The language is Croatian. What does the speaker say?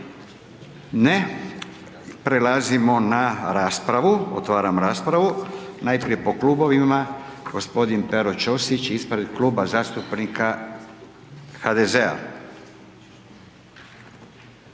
Ne. Prelazimo na raspravu. Otvaram raspravu, najprije po klubovima, gospodin Pero Ćosić ispred Kluba zastupnika HDZ-a.